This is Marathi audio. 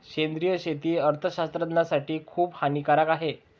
सेंद्रिय शेती अर्थशास्त्रज्ञासाठी खूप हानिकारक आहे